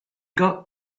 got